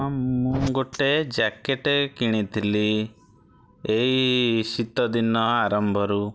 ହଁ ମୁଁ ଗୋଟେ ଜ୍ୟାକେଟେ କିଣିଥିଲି ଏଇ ଶୀତଦିନ ଆରମ୍ଭରୁ